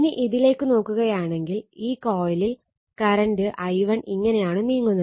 ഇനി ഇതിലേക്ക് നോക്കുകയാണെങ്കിൽ ഈ കൊയിലിൽ കറണ്ട് i1 ഇങ്ങനെയാണ് നീങ്ങുന്നത്